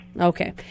Okay